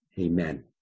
amen